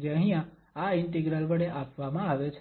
જે અહીંયા આ ઇન્ટિગ્રલ વડે આપવામાં આવે છે